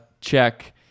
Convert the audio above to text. check